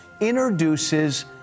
introduces